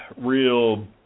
real